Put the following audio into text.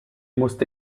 musste